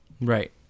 Right